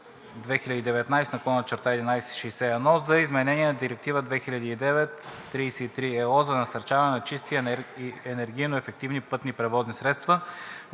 за изменение на Директива 2009/33/ЕО за насърчаването на чисти и енергийно ефективни пътни превозни средства